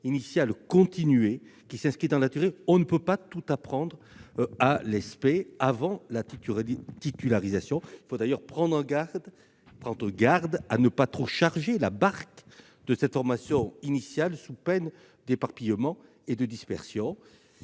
initiale continuée, s'inscrivant dans la durée. On ne peut pas tout apprendre dans les Espé avant la titularisation. Prenons d'ailleurs garde à ne pas trop charger la barque de cette formation initiale, sous peine d'éparpillement et de dispersion.